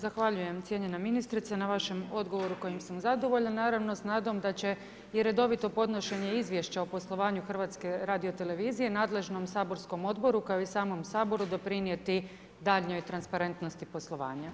Zahvaljujem cijenjena ministrice na vašem odgovoru kojim sam zadovoljna, naravno sa nadom da će i redovito podnošenje Izvješća o poslovanju Hrvatske radiotelevizije nadležnom saborskom odboru kao i samom Saboru doprinijeti daljnjoj transparentnosti poslovanja.